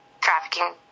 trafficking